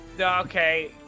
Okay